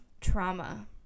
trauma